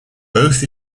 both